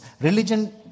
religion